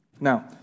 Now